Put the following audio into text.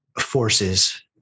forces